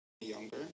younger